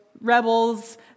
rebels